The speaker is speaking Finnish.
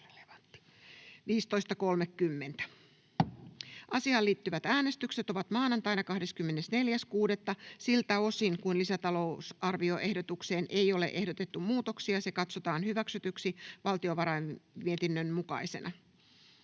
Asiaan liittyvät äänestykset ovat maanantaina 24.6.2024. Siltä osin kuin lisätalousarvioehdotukseen ei ole ehdotettu muutoksia, se katsotaan hyväksytyksi valtiovarainvaliokunnan mietinnön mukaisena.